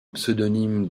pseudonyme